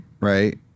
Right